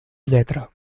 lletra